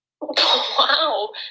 Wow